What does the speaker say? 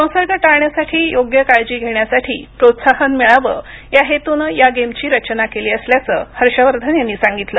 संसर्ग टाळण्यासाठी योग्य काळजी घेण्यासाठी प्रोत्साहन मिळावं या हेतूनं या गेमची रचना केली असल्याचं हर्षवर्धन यांनी सांगितलं